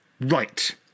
Right